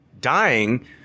dying